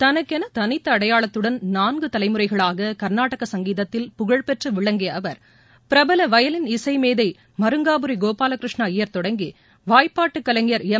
தனக்கென தனித்த அடையாளத்துடன் நான்கு தலைமுறைகளாக கள்நாடக சங்கீதத்தில் புகழ் பெற்று விளங்கிய அவர் பிரபல வயலின் இசை மேதை மருங்காபுரி கோபாலகிருஷ்ண ஐயர் தொடங்கி வாய்ப்பாட்டு கலைஞர் எம்